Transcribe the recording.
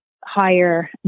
higher